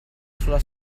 sulla